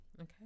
Okay